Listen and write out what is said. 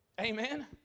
Amen